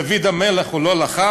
דוד המלך, הוא לא לחם?